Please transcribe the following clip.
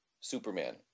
Superman